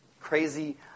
crazy